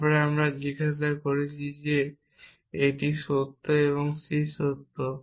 তারপর আমরা জিজ্ঞাসা করছি যদি এটি সত্য এবং c সত্য